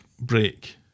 break